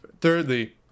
thirdly